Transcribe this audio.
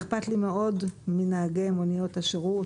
אכפת לי מאוד מנהגי מוניות השירות,